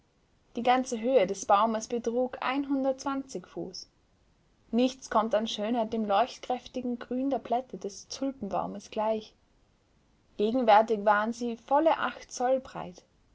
die ganze höhe des baumes betrug einhundertundzwanzig fuß nichts kommt an schönheit dem leuchtkräftigen grün der blätter des tulpenbaumes gleich gegenwärtig waren sie volle acht zoll breit